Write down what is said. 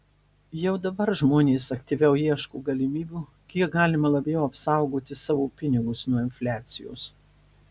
jau dabar žmonės aktyviau ieško galimybių kiek galima labiau apsaugoti savo pinigus nuo infliacijos